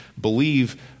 believe